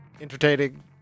entertaining